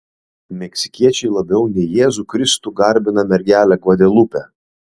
meksikiečiai labiau nei jėzų kristų garbina mergelę gvadelupę